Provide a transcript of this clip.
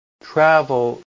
travel